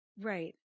Right